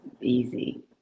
Easy